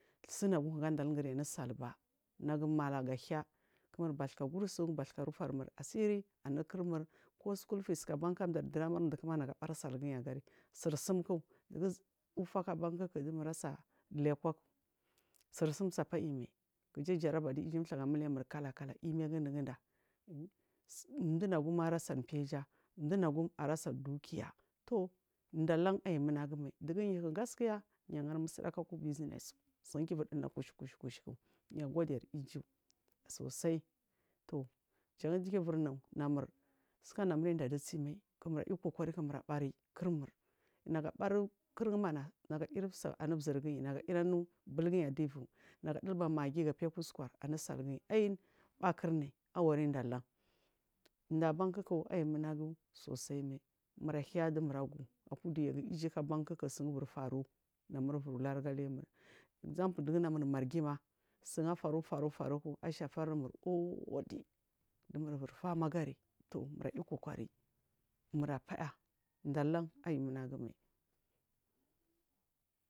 Sunagum ku dadalunguri anusalba. Nagu mulaguhiya dumur bathuka gursu rufiri asiri anum kirmur ko school fees abanka amda duramur kuma nagu bari salduna duni agari saku banku dumur sa likwaga sursum tsafpu aiyimai kija jaraba ndu iju mthagu afamurkwa kalakala yimi aga unugunda mdunagum arasan mpiyaja mdunagu arasari dukiya toh inda lan aiyi munagu mal yuku gaskiya yagari musdagu aku business su sunduyu vuri dulna kushu kushu ya godiri iju sosai to jandiyu ivurinu namur suka namur indadu tsimai kumur ayi kakori mura bari kurmur nagu bari kuran mana nagu yirisu anuzur guyi nagu ayiri anu bulgunya adivu nagu adulba maggi ga piya aku usukwar anusal albarkurdi alvara indalan ndabankuku aiyi munagu mai sosai mal murahiyadumur agu udunyagu ijuku abanku kukusun vuri faru namur vuri uhyagahya mur example dugu namur marghi ma sungu faru faru faruku ashatamur wodi dumur ivuri famagari toh muryikokari mura paya ndalan aiyi munagumai.